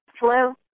Hello